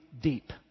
deep